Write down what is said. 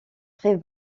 très